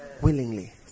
willingly